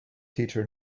teacher